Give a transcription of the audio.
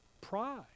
Pride